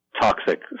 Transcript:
toxic